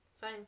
Fine